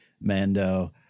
Mando